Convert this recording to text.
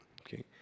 okay